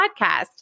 Podcast